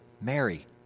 Mary